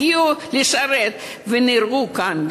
הגיעו לשרת ונהרגו כאן,